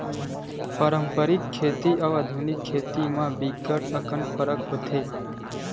पारंपरिक खेती अउ आधुनिक खेती म बिकट अकन फरक होथे